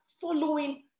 following